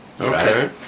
okay